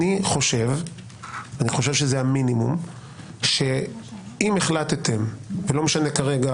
אני חושב שזה המינימום שאם החלטתם ולא משנה כרגע